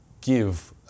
give